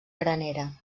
granera